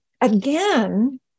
again